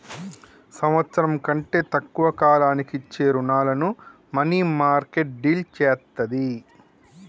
సంవత్సరం కంటే తక్కువ కాలానికి ఇచ్చే రుణాలను మనీమార్కెట్ డీల్ చేత్తది